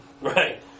Right